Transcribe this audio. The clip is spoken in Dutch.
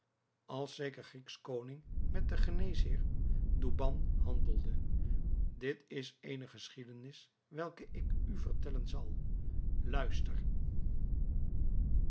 als zeker grieksche koning met den geneesheer douban handelde dit is eene geschiedenis welke ik u vertellen zal luister